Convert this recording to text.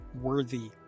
worthy